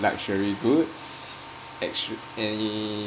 luxury goods and any